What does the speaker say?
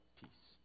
peace